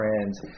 friends